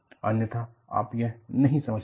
अन्यथा आप यह नहीं समझ पाते